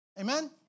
amen